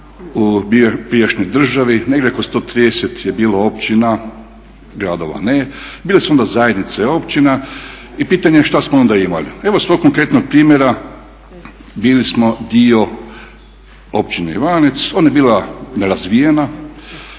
u prijašnjoj državi negdje oko 130 je bilo općina, gradova ne, bile su onda zajednice općina i pitanje je šta smo onda imali. Evo sa svog konkretnog primjera, bili smo dio općine Ivanec, ona je bila nerazvijena